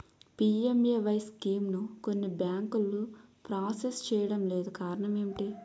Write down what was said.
PMAY స్కీమును కొన్ని బ్యాంకులు ప్రాసెస్ చేయడం లేదు కారణం ఏమిటి?